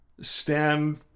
stand